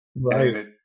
right